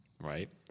right